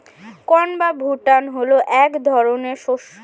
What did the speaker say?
corn বা ভুট্টা হলো এক ধরনের শস্য